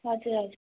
हजुर हजुर